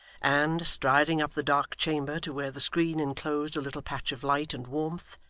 and, striding up the dark chamber to where the screen inclosed a little patch of light and warmth,